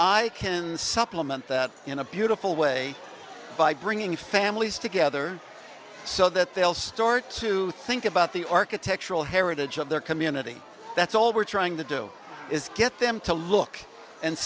i can supplement that in a beautiful way by bringing families together so that they'll start to think about the architectural heritage of their community that's all we're trying to do is get them to look and